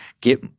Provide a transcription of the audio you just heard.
get